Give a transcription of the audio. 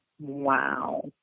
Wow